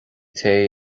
tae